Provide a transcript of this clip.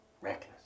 reckless